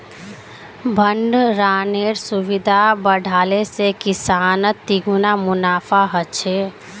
भण्डरानेर सुविधा बढ़ाले से किसानक तिगुना मुनाफा ह छे